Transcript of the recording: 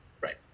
right